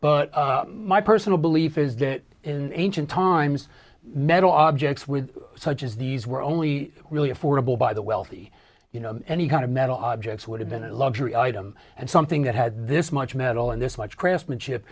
but my personal belief is that in ancient times metal objects with such as these were only really affordable by the wealthy you know any kind of metal objects would have been a luxury item and something that had this much metal and this much craftsmanship